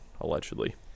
allegedly